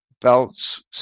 belts